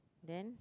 then